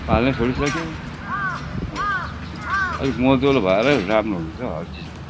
पाल्नु छोडिसक्यो अलिक मल जल भएर राम्रो हुन्छ हौ हर चिज त